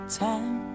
time